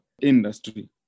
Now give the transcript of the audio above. industry